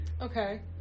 okay